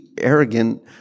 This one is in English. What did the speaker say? arrogant